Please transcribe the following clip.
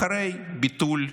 אחרי ביטול,